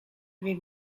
wie